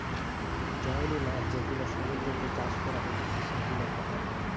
জংলী মাছ যেগুলা সমুদ্রতে চাষ করা হতিছে সেগুলার প্রভাব পড়ে